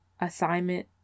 assignment